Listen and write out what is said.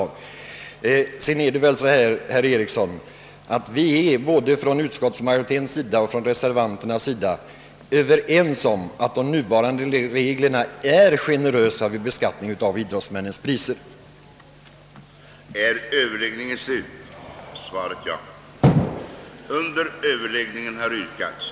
Det är väl så, herr Eriksson, att både utskottsmajoriteten och reservanterna är ense om att de nuvarande reglerna för beskattning av idrottsmännens priser är generösa.